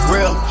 Real